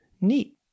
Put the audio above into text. Neat